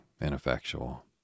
ineffectual